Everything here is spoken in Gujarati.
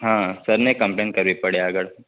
હા સરને કૅમ્પલેન કરવી પડે આગળ